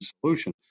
solution